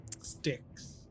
sticks